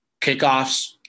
Kickoffs